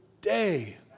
day